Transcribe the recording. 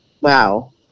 Wow